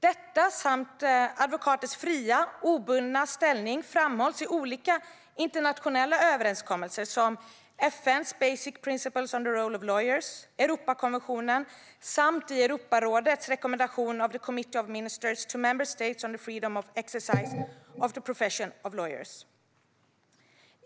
Detta, samt advokaters fria och obundna ställning, framhålls i olika internationella överenskommelser, som FN:s Basic Principles on the Role of Lawyers, Europakonventionen samt i Europarådets rekommendation of the Committee of Ministers to Member States on the freedom of exercise of the profession of lawyer.